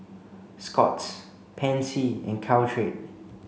Scott's Pansy and Caltrate